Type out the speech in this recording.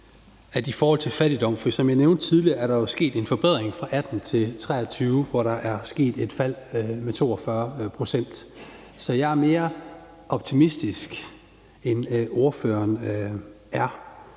i forhold til fattigdom. For som jeg nævnte tidligere, er der jo sket en forbedring fra 2018 til 2023, hvor der er sket et fald med 42 pct. Så jeg er mere optimistisk, end ordføreren er.